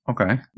Okay